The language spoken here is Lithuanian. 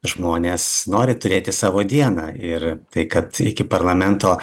žmonės nori turėti savo dieną ir tai kad iki parlamento